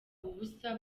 ubusa